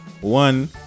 one